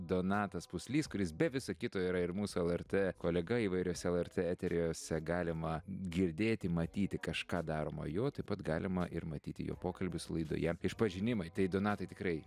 donatas puslys kuris be viso kito yra ir mūsų lrt kolega įvairiuose lrt eteriuose galima girdėti matyti kažką daromo jo taip pat galima ir matyti jo pokalbius laidoje išpažinimai tai donatai tikrai